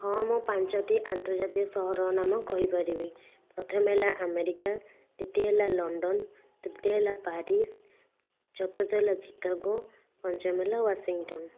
ହଁ ମୁଁ ପାଞ୍ଚଟି ଆନ୍ତର୍ଜାତୀୟ ସହରର ନାମ କହିପାରିବି ପ୍ରଥମେ ହେଲା ଆମେରିକା ଦ୍ୱିତୀୟେ ହେଲା ଲଣ୍ଡନ ତୃତୀୟେ ହେଲା ପ୍ୟାରିସ ଚତୁର୍ଥ ହେଲା ଚିକାଗୋ ପଞ୍ଚମ ହେଲା ୱାସିଂଟନ୍